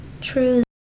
true